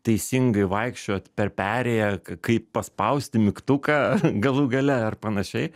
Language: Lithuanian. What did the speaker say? teisingai vaikščiot per perėją kaip paspausti mygtuką galų gale ar panašiai